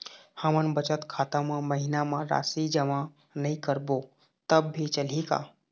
हमन बचत खाता मा महीना मा राशि जमा नई करबो तब भी चलही का?